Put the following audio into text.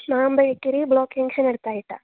മാമ്പഴക്കേരി block junction ന് അടുത്തായിട്ട്